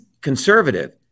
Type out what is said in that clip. conservative